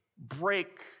break